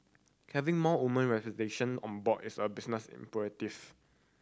having more woman representation on board is a business imperative